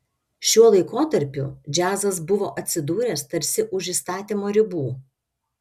šiuo laikotarpiu džiazas buvo atsidūręs tarsi už įstatymo ribų